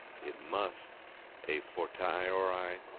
it must a fortiori